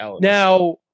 Now